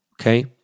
okay